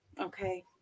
Okay